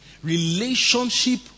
relationship